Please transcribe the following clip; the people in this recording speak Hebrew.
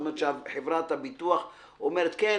כלומר שחברת הביטוח אומרת "כן,